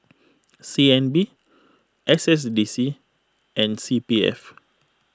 C N B S S D C and C B F